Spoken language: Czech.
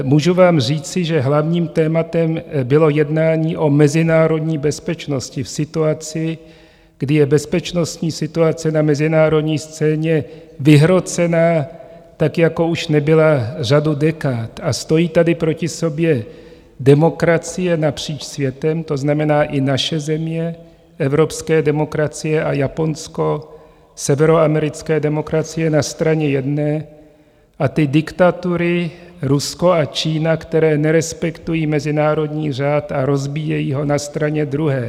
Můžu vám říci, že hlavním tématem bylo jednání o mezinárodní bezpečnosti v situaci, kdy je bezpečnostní situace na mezinárodní scéně vyhrocená, tak jako už nebyla řadu dekád, a stojí tady proti sobě demokracie napříč světem, to znamená i naše země, evropské demokracie, a Japonsko, severoamerické demokracie na straně jedné, a ty diktatury, Rusko a Čína, které nerespektují mezinárodní řád a rozbíjejí ho, na straně druhé.